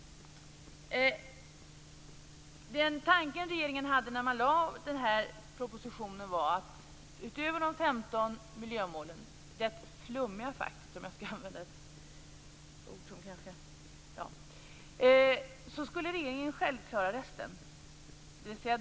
Den tanke regeringen hade när man lade fram den här propositionen var att utöver de 15 miljömålen - rätt flummiga faktiskt - skulle man klara resten själv.